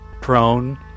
prone